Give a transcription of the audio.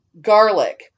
garlic